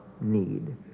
need